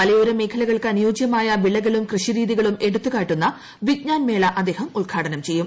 മലയോര മേഖലകൾക്ക് അനുയോജ്യമായ വിളകളും ക്ടൂറ്റ്ഷ്ടിരീതികളും എടുത്തുകാട്ടുന്ന വിജ്ഞാൻ മേള അദ്ദേഹം ഉദ്ഘാടനം ച്ചെയ്യും